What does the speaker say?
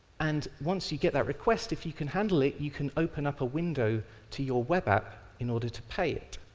and once you get that request, if you can handle it, you can open up a window to your web app in order to pay it.